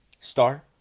star